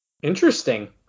interesting